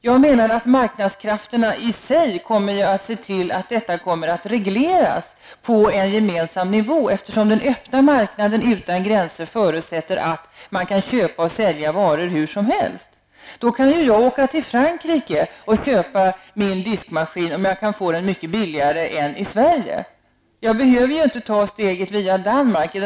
Jag menar att marknadskrafterna i sig kommer att se till att skatten kommer att regleras till en gemensam nivå, eftersom den öppna marknaden utan gränser förutsätter att man kan köpa och sälja varor var som helst. Då kan ju jag åka till Frankrike och köpa min diskmaskin om jag kan få den mycket billigare där än i Sverige, och jag behöver inte ta steget via Danmark.